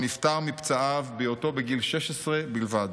נפטר מפצעיו בהיותו בגיל 16 בלבד.